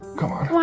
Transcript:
come on.